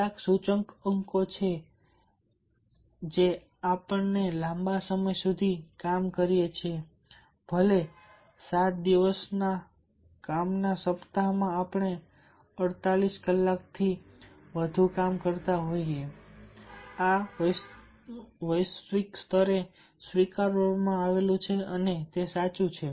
કેટલાક સૂચકાંકો એ છે કે આપણે લાંબા સમય સુધી કામ કરીએ છીએ ભલે 7 દિવસના કામના સપ્તાહમાં આપણે 48 કલાકથી વધુ કામ કરતા હોઈએ આ વૈશ્વિક સ્તરે સાચું છે